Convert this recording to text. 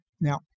Now